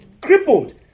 crippled